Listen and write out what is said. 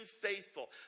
faithful